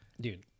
Dude